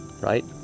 right